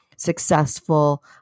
successful